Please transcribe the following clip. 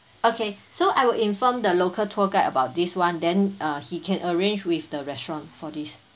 okay so I will inform the local tour guide about this [one] then uh he can arrange with the restaurant for this